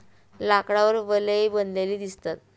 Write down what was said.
लाकडावर वलये बनलेली दिसतात